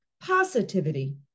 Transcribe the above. positivity